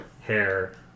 hair